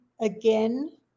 again